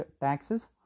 taxes